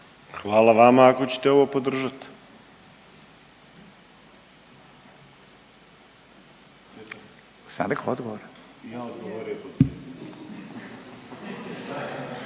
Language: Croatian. Hvala vama ako ćete ovo podržat.